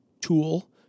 tool